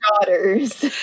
daughters